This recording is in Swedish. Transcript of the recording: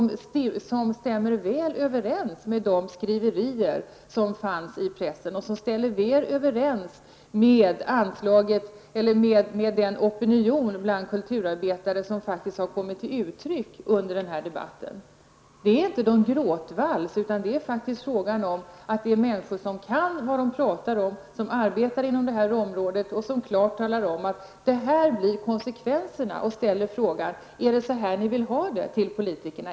Detta stämmer väl överens med vad som har skrivits i pressen och med den opinion bland kulturarbetare som faktiskt kommit till uttryck under den här debatten. Detta är inte någon gråtvals, utan det är fråga om människor som känner till det som vi pratar om och som arbetar inom dessa områden. De har klart talat om vilka konsekvenserna blir, och de ställer frågan till politikerna: Är det så ni vill ha det?